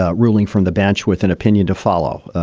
ah ruling from the bench with an opinion to follow.